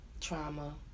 trauma